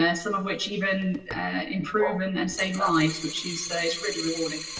ah some of which even improve and and save lives, which is is really rewarding.